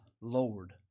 Lord